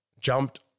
jumped